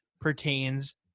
pertains